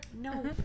No